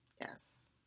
Yes